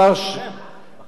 אז הוא יכול לתבוע?